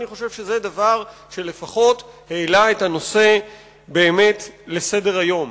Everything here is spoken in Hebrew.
אני חושב שזה דבר שלפחות העלה את הנושא באמת לסדר-היום.